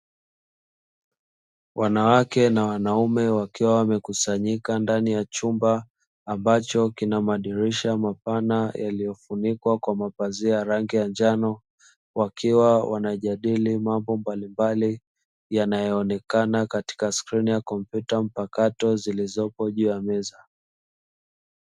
Wanawake na wanaume wakiwa wamekusanyika ndani ya chumba, ambacho kina madirisha mapana yaliyofunikwa kwa mapazia ya rangi ya njano, wakiwa wanajadili mambo mbalimbali yanayoonekana katika skrini ya kompyuta mpakato, zilizopo juu ya meza.